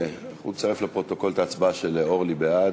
נצרף לפרוטוקול את ההצבעה של אורלי בעד.